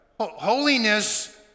Holiness